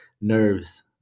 nerves